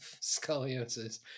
scoliosis